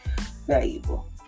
valuable